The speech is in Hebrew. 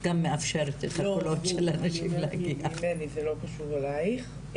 לא, ברור, אני אומרת ממני, זה לא קשור אלייך.